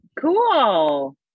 Cool